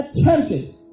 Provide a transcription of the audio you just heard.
attempted